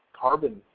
carbon